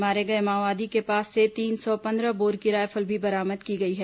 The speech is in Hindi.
मारे गए माओवादी के पास से तीन सौ पंद्रह बोर की रायफल भी बरामद की गई है